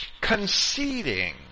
Conceding